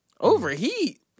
Overheat